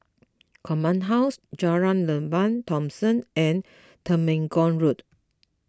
Command House Jalan Lembah Thomson and Temenggong Road